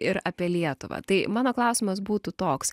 ir apie lietuvą tai mano klausimas būtų toks